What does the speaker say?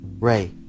Ray